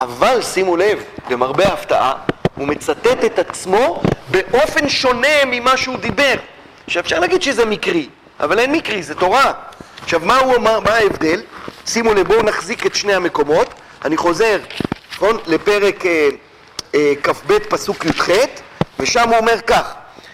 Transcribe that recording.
אבל שימו לב, למרבה ההפתעה, הוא מצטט את עצמו באופן שונה ממה שהוא דיבר, שאפשר להגיד שזה מקרי, אבל אין מקרי, זה תורה. עכשיו, מה הוא אמר? מה ההבדל? שימו לב, בואו נחזיק את שני המקומות, אני חוזר לפרק כב, פסוק יח, ושם הוא אומר כך.